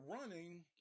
running